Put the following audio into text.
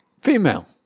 Female